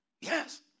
Yes